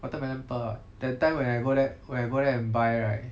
watermelon pearl ah that time when I go there when I go there and buy right